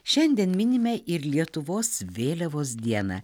šiandien minime ir lietuvos vėliavos dieną